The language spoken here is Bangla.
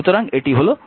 সুতরাং এটি হল v iR